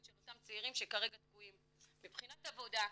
של אותם צעירים שכרגע תקועים מבחינת עבודה,